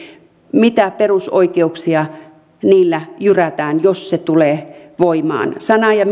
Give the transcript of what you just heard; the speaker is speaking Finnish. mitä perusoikeuksia sillä jyrätään jos se tulee voimaan sanan ja